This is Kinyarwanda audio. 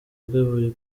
bwe